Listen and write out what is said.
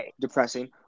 depressing